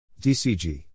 DCG